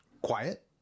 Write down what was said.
quiet